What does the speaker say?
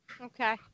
Okay